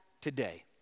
today